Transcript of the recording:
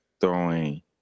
throwing